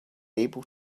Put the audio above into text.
able